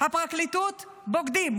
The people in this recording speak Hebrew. הפרקליטות בוגדים.